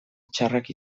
txarrak